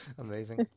Amazing